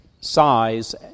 size